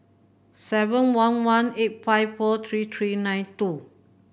seven one one eight five four three three nine two